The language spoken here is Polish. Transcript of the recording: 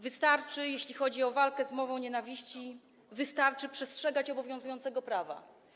Wystarczy, jeśli chodzi o walkę z mową nienawiści, przestrzegać obowiązującego prawa.